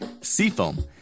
Seafoam